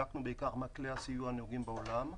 בדקנו בעיקר מה כלי הסיוע הנהוגים בעולם.